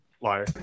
Liar